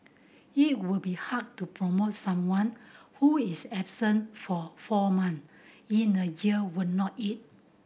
it would be hard to promote someone who is absent for four months in a year would not it